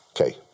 Okay